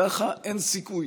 ככה, אין סיכוי,